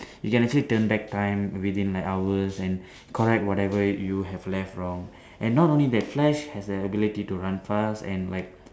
you can actually turn back time within like hours and correct whatever you have left wrong and not only that flash has the ability to run fast and like